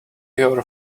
your